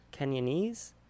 Kenyanese